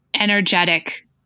energetic